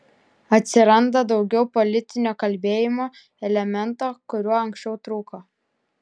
atsiranda daugiau politinio kalbėjimo elemento kuriuo anksčiau trūko